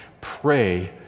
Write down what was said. Pray